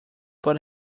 but